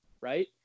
right